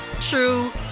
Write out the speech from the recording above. true